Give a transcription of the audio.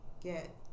get